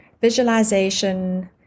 visualization